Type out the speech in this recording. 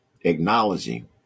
acknowledging